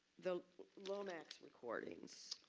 the lomax recordings,